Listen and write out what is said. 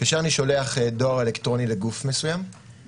כאשר אני שולח דואר אלקטרוני לגוף מסוים,